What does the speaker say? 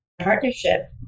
partnership